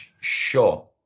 Sure